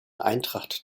eintracht